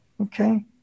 Okay